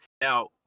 Now